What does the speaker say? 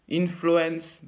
influence